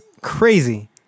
crazy